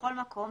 בכל מקום,